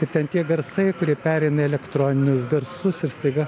ir ten tie garsai kurie pereina į elektroninius garsus ir staiga